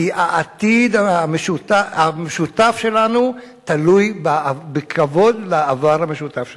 כי העתיד המשותף שלנו תלוי בכבוד לעבר המשותף שלנו.